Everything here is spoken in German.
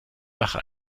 sache